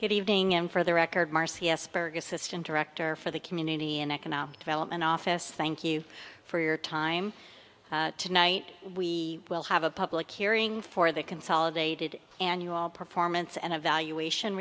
good evening and for the record marcy esper good system director for the community and economic development office thank you for your time tonight we will have a public hearing for the consolidated annual performance and evaluation